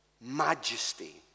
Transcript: majesty